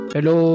Hello